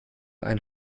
ein